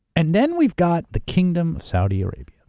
and then we got the kingdom of saudi arabia.